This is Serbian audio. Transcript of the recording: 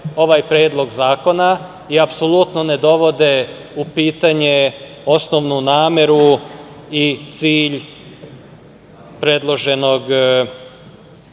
ovaj Predlog zakona i apsolutno ne dovode pitanje osnovnu nameru i cilj predloženog